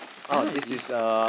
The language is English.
you know what is this